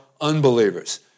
unbelievers